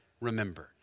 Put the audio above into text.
remembered